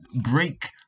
break